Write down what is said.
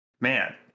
Man